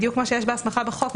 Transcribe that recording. בדיוק כמו שיש בהסכמה בחוק.